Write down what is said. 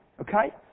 Okay